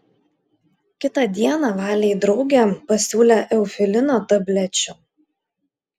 kitą dieną valei draugė pasiūlė eufilino tablečių